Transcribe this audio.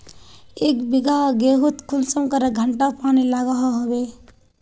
एक बिगहा गेँहूत कुंसम करे घंटा पानी लागोहो होबे?